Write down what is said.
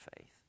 faith